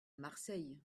marseille